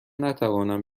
نتوانم